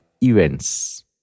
events